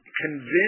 convince